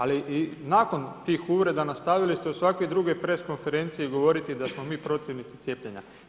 Ali i nakon tih uvreda nastavili ste u svakoj drugoj press konferenciji govoriti da smo mi protivnici cijepljenja.